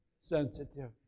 sensitive